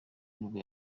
nibwo